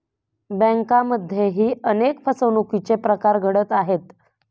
बँकांमध्येही अनेक फसवणुकीचे प्रकार घडत आहेत